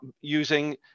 using